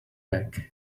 back